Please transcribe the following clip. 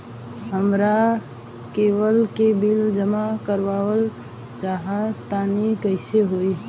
हमरा केबल के बिल जमा करावल चहा तनि कइसे होई?